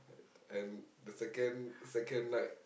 and the second second night